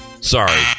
Sorry